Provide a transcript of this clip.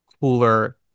cooler